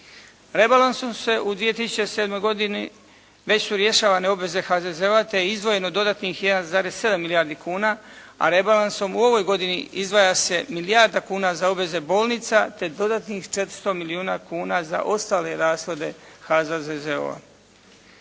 Rebalansom se u 2007. godini, već su rješavane obveze HZZO-a te je izdvojeno dodatnih 1,7 milijardi kuna, a rebalansom u ovoj godini izdvaja se milijarda kuna za obveze bolnica te dodatnih 400 milijuna kuna za ostale rashode HZZO-a.